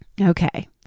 Okay